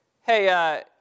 Hey